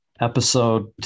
episode